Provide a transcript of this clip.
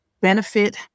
benefit